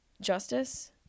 Justice